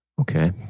Okay